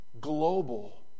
global